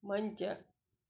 ಮಂಚ